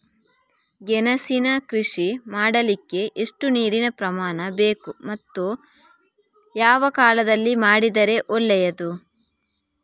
ಗೆಣಸಿನ ಕೃಷಿ ಮಾಡಲಿಕ್ಕೆ ಎಷ್ಟು ನೀರಿನ ಪ್ರಮಾಣ ಬೇಕು ಮತ್ತು ಯಾವ ಕಾಲದಲ್ಲಿ ಮಾಡಿದರೆ ಒಳ್ಳೆಯದು?